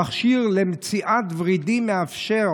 המכשיר למציאת ורידים מאפשר